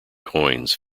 coins